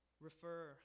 refer